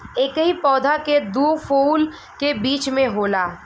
एकही पौधा के दू फूल के बीच में होला